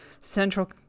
central